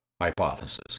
hypothesis